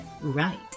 right